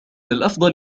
الأفضل